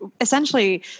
essentially